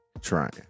trying